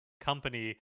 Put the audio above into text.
company